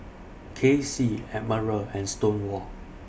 Kacy Admiral and Stonewall